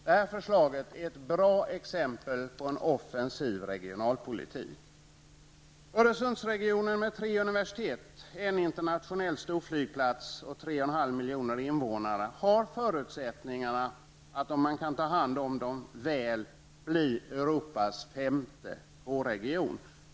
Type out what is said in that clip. Detta förslag är ett bra exempel på en offensiv regionalpolitik. Öresundsregionen -- med tre universitet, en internationell storflygplas och 3,5 miljoner invånare -- har förutsättningar att, om man tar väl hand om dem, bli Europas femte K-region.